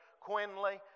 Quinley